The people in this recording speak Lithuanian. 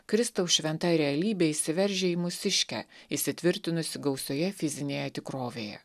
kristaus šventa realybė įsiveržia į mūsiškę įsitvirtinusi gausioje fizinėje tikrovėje